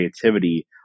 creativity